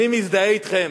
אני מזדהה אתכם.